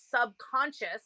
subconscious